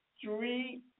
three